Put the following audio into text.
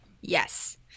Yes